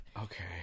Okay